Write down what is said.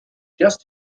just